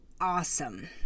awesome